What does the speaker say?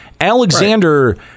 Alexander